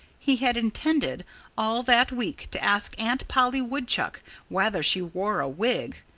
he had intended all that week to ask aunt polly woodchuck whether she wore a wig.